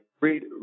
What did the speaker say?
Read